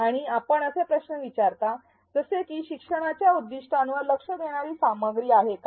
आणि आपण असे प्रश्न विचारता जसे की शिक्षणाच्या उद्दीष्टांवर लक्ष देणारी सामग्री आहे का